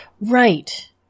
Right